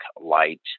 light